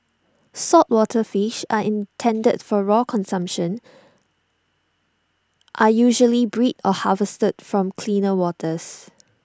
saltwater fish are intended for raw consumption are usually bred or harvested from cleaner waters